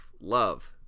love